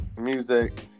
music